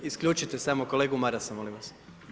Isključite samo kolegu Marasa, molim vas.